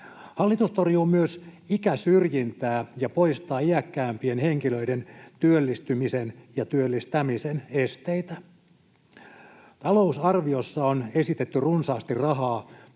Hallitus torjuu myös ikäsyrjintää ja poistaa iäkkäämpien henkilöiden työllistymisen ja työllistämisen esteitä. Talousarviossa on esitetty runsaasti rahaa työurien